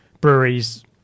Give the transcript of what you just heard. breweries